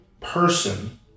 person